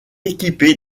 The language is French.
équipé